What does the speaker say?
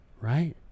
Right